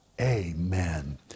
Amen